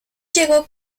llegó